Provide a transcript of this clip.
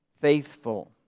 faithful